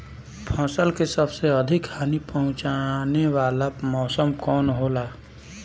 फसल के सबसे अधिक हानि पहुंचाने वाला मौसम कौन हो ला?